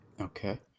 Okay